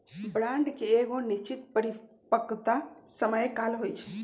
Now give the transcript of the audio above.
bond के एगो निश्चित परिपक्वता समय काल होइ छइ